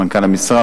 מנכ"ל המשרד,